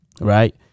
right